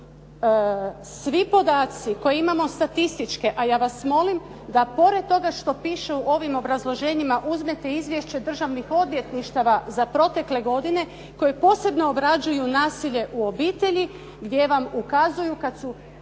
svi podaci koje imamo statističke, a ja vas molim da pored toga što piše u ovim obrazloženjima uzmete izvješće državnih odvjetništava za protekle godine koji posebno obrađuju nasilje u obitelji gdje vam ukazuju kad su